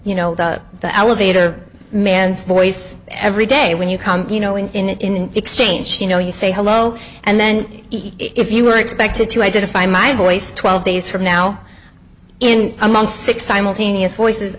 you know the elevator man's voice every day when you come you know in exchange you know you say hello and then if you are expected to identify my voice twelve days from now in a month six simultaneous forces